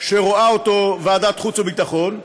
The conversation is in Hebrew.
שרואה ועדת החוץ והביטחון,